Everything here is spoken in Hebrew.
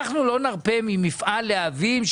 אנחנו לא נרפה ממפעל להבים,